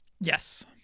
Yes